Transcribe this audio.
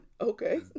Okay